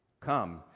Come